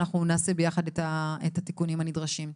ואנחנו נעשה ביחד את התיקונים הנדרשים.